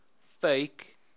fake